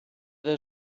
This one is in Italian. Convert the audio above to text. the